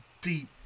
deep